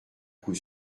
coup